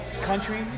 country